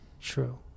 true